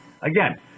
Again